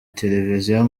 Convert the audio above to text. televiziyo